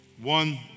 One